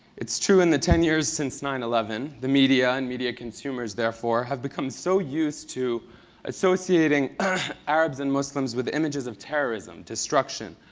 it's true, in the ten years since nine eleven, the media, and media consumers, therefore, have become so used to associating arabs and muslims with images of terrorism, destruction,